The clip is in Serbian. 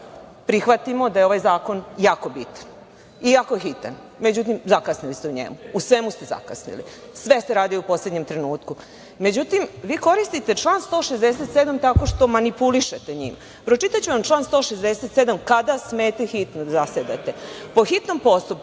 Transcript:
prihvatimo da je ovaj zakon jako bitan i jako hitan. Međutim, zakasnili ste u njemu, u svemu ste zakasnili, sve ste radili u poslednjem trenutku.Međutim, vi koristite član 167. tako što manipulišete njime. Pročitaću vam član 167. kada smete hitno da zasedate. Po hitnom postupku